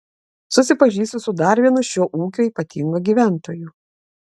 susipažįstu su dar vienu šio ūkio ypatingu gyventoju